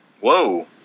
Whoa